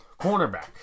cornerback